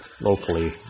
locally